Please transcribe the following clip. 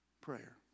prayer